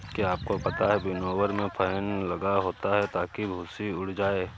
क्या आपको पता है विनोवर में फैन लगा होता है ताकि भूंसी उड़ जाए?